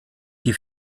die